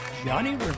Johnny